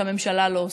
שהממשלה לא עושה.